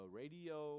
radio